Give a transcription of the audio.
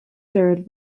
served